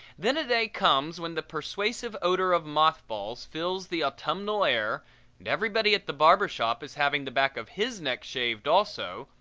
then a day comes when the persuasive odor of mothballs fills the autumnal air and everybody at the barber shop is having the back of his neck shaved also,